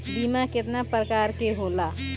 बीमा केतना प्रकार के होला?